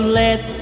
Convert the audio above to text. let